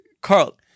Carl